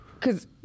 Cause